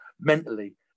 mentally